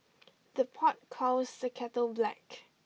the pot calls the kettle black